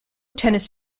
tennis